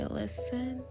listen